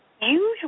usually